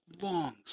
longs